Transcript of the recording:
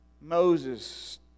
Moses